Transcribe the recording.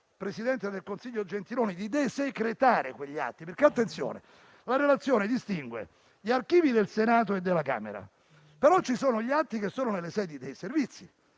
presidente del Consiglio Gentiloni, volto a desecretare quegli atti. La relazione infatti distingue gli archivi del Senato e della Camera, ma ci sono gli atti che sono nelle sedi dei Servizi.